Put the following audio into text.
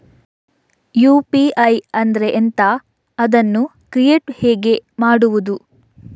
UPI ಅಂದ್ರೆ ಎಂಥ? ಅದನ್ನು ಕ್ರಿಯೇಟ್ ಹೇಗೆ ಮಾಡುವುದು?